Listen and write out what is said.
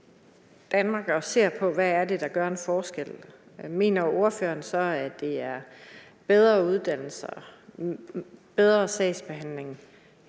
Danmark og ser på, hvad det er, der gør en forskel, mener ordføreren så, at det er bedre uddannelse, bedre sagsbehandling,